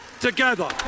together